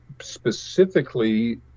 specifically